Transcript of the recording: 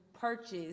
purchase